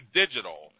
digital